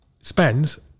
spends